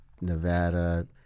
Nevada